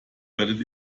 werdet